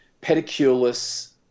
pediculus